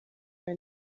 yawe